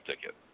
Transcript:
ticket